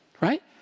right